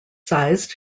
sized